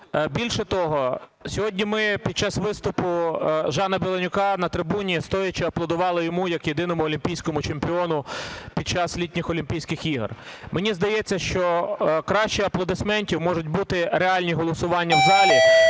Більше того, сьогодні ми під час виступу Жана Беленюка на трибуні, стоячи аплодували йому як єдиному Олімпійському чемпіону під час літніх Олімпійських ігор. Мені здається, що краще аплодисментів можуть бути реальні голосування в залі,